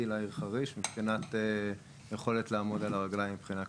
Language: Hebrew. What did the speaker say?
לעיר חריש מבחינת יכולת לעמוד על הרגליים מבחינה כלכלית.